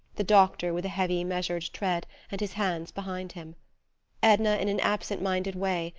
the doctor with a heavy, measured tread and his hands behind him edna, in an absent-minded way,